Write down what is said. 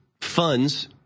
funds